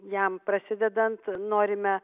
jam prasidedant norime